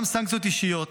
וגם סנקציות אישיות